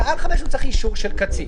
ומעל 5,000 הוא צריך אישור של קצין.